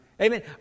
Amen